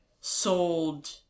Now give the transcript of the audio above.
sold